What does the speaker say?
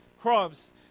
crops